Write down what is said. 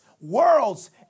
worlds